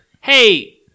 Hey